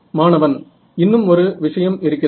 மாணவன் இன்னுமொரு விஷயம் இருக்கிறது